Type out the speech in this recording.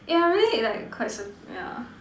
ya really like quite so yeah